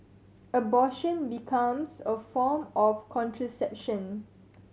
abortion becomes a form of contraception